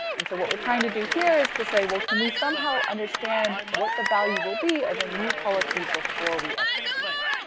and so what trying to do here is to say, well, can we somehow understand what the value will be of a new policy before we execute it?